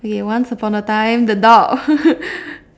okay once upon a time the dog